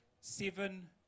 seven